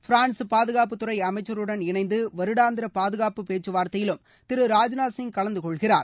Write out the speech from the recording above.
France பாதுகாப்புத்துறை அமைச்சருடன் இணைந்து வருடாந்திர பாதுகாப்பு பேச்சுவார்த்தையிலும் திரு ராஜ்நாத் சிங் கலந்து கொள்கிறார்